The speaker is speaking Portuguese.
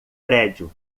prédio